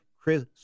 Chris